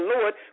Lord